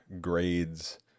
grades